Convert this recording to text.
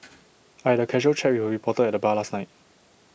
I had A casual chat with A reporter at the bar last night